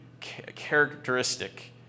characteristic